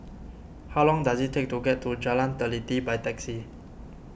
how long does it take to get to Jalan Teliti by taxi